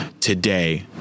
Today